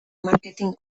marketin